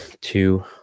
two